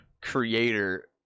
creator